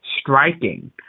striking